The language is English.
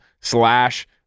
slash